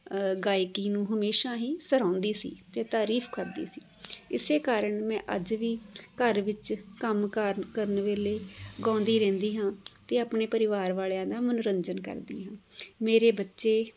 ਗਾਇਕੀ ਨੂੰ ਹਮੇਸ਼ਾ ਹੀ ਸਰਾਹੁਦੀ ਸੀ ਅਤੇ ਤਾਰੀਫ਼ ਕਰਦੀ ਸੀ ਇਸ ਕਾਰਨ ਮੈਂ ਅੱਜ ਵੀ ਘਰ ਵਿੱਚ ਕੰਮ ਕਾਰ ਕਰਨ ਵੇਲੇ ਗਾਉਂਦੀ ਰਹਿੰਦੀ ਹਾਂ ਅਤੇ ਆਪਣੇ ਪਰਿਵਾਰ ਵਾਲਿਆਂ ਦਾ ਮਨੋਰੰਜਨ ਕਰਦੀ ਹਾਂ ਮੇਰੇ ਬੱਚੇ